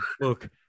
look